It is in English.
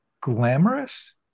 glamorous